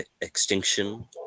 extinction